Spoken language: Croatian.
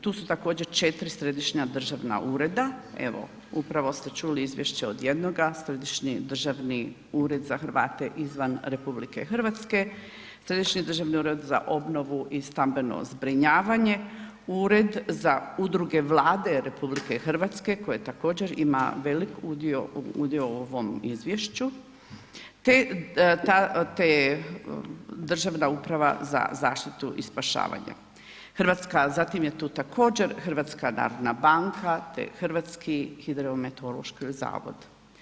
Tu su također četiri središnja državna ureda, evo upravo ste čuli izvješće od jednoga Središnji državni ured za Hrvate izvan RH, Središnji državni ured za obnovu i stambeno zbrinjavanje, Ured za udruge Vlade RH koje također ima velik udio u ovom izvješću te Državna uprava za zaštitu i spašavanje, zatim je tu također HNB, te Hrvatski hidrometeorološki zavod.